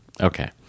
Okay